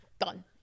done